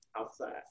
outside